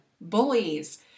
bullies